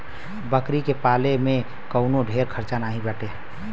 बकरी के पाले में कवनो ढेर खर्चा नाही बाटे